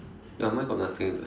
ya mine got nothing